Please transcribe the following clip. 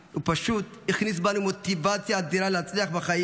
הוא פשוט הכניס בנו מוטיבציה אדירה להצליח בחיים.